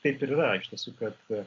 taip ir yra iš tiesų kad